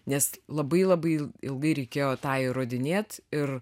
nes labai labai ilgai reikėjo tą įrodinėt ir